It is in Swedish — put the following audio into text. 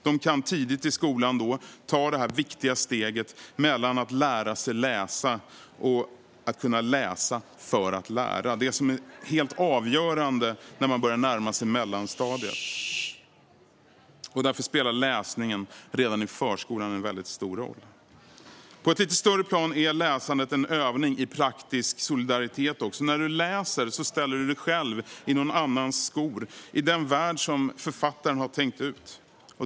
De kan då tidigt i skolan ta det viktiga steget från att lära sig läsa till att kunna läsa för att lära, det som är helt avgörande när man börjar närma sig mellanstadiet. Därför spelar läsningen redan i förskolan en väldigt stor roll. På ett lite större plan är läsandet en övning i praktisk solidaritet. När du läser ställer du dig själv i någon annans skor, i den värld som författaren har tänkt ut.